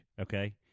okay